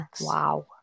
Wow